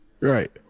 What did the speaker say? Right